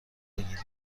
بگیرید